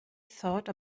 thought